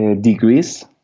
degrees